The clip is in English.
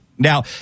Now